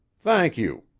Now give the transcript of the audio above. thank you,